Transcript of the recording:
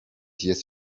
jest